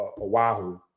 Oahu